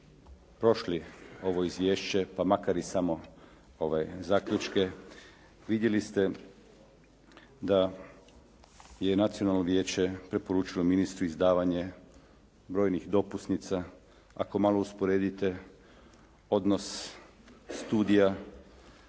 prošli ovo izvješće pa makar i samo ove zaključke vidjeli ste da je nacionalno vijeće preporučilo ministru izdavanje brojnih dopusnica. Ako malo usporedite odnos studija